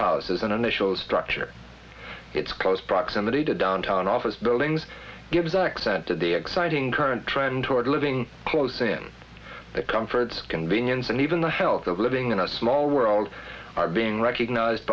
initial structure its close proximity to downtown office buildings gives access to the exciting current trend toward living close in the comfort convenience and even the health of living in a small world are being recognised